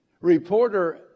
Reporter